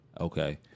Okay